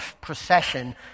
procession